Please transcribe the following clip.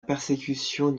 persécution